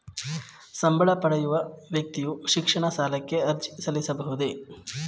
ಸಂಬಳ ಪಡೆಯುವ ವ್ಯಕ್ತಿಯು ಶಿಕ್ಷಣ ಸಾಲಕ್ಕೆ ಅರ್ಜಿ ಸಲ್ಲಿಸಬಹುದೇ?